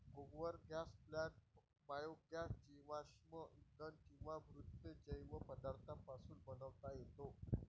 गोबर gas plant biogas जीवाश्म इंधन किंवा मृत जैव पदार्थांपासून बनवता येतो